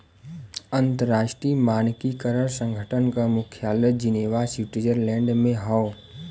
अंतर्राष्ट्रीय मानकीकरण संगठन क मुख्यालय जिनेवा स्विट्जरलैंड में हौ